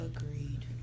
Agreed